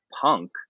punk